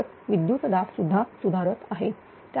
तर विद्युत दाब सुद्धा सुधारत आहे